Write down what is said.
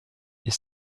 est